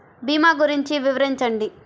భీమా గురించి వివరించండి?